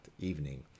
evening